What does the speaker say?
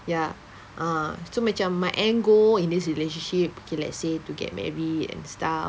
ya ah so macam my end goal in this relationship okay let's say to get married and stuff